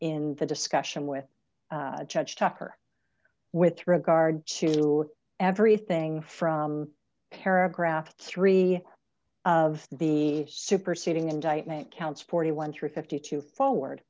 in the discussion with chuch tucker with regard to every thing from paragraph three of the superseding indictment counts forty one through fifty two forward